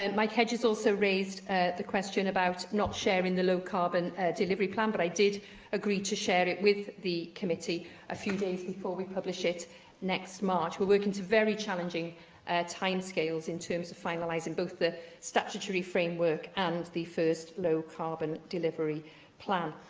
and mike hedges also raised ah the question about not sharing the low-carbon delivery plan, but i did agree to share it with the committee a few days before we publish it next march. we're working to very challenging timescales in terms of finalising both the statutory framework and the first low-carbon delivery plan.